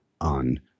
on